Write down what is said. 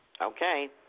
Okay